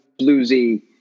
bluesy